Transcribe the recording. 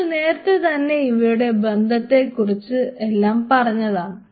നമ്മൾ നേരത്തെ തന്നെ ഇവയുടെ ബന്ധത്തെക്കുറിച്ച് എല്ലാം പറഞ്ഞതാണ്